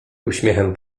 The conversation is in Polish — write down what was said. uśmiechem